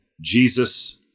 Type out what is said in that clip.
Jesus